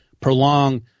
prolong